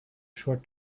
short